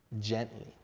gently